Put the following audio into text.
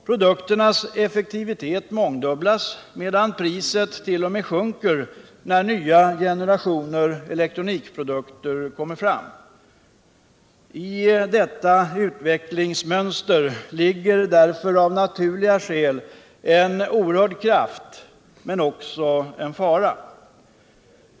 Produkternas effektivitet mångdubblas, medan priset t.o.m. sjunker när nya generationer elektronikprodukter kommer fram. I detta utvecklingsmönster ligger därför av naturliga skäl en oerhörd kraft, men också en fara.